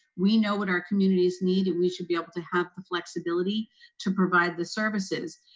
we know what our communities need, and we should be able to have the flexibility to provide the services.